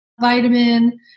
vitamin